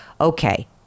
Okay